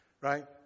right